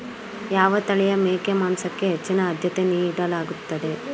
ಯಾವ ತಳಿಯ ಮೇಕೆ ಮಾಂಸಕ್ಕೆ ಹೆಚ್ಚಿನ ಆದ್ಯತೆ ನೀಡಲಾಗುತ್ತದೆ?